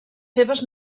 seves